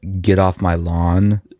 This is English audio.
get-off-my-lawn